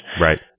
Right